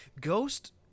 Ghost